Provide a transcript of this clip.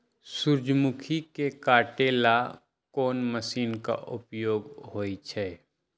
सूर्यमुखी के काटे ला कोंन मशीन के उपयोग होई छइ?